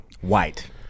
White